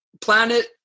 Planet